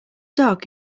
dog